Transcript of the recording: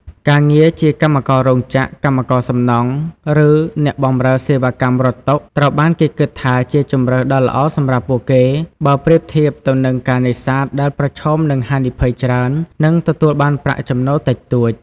ការងារជាកម្មកររោងចក្រ កម្មករសំណង់ ឬអ្នកបម្រើសេវាកម្មរត់តុ ត្រូវបានគេគិតថាជាជម្រើសដ៏ល្អសម្រាប់ពួកគេ បើប្រៀបធៀបទៅនឹងការនេសាទដែលប្រឈមនឹងហានិភ័យច្រើន និងទទួលបានប្រាក់ចំណូលតិចតួច។